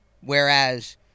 whereas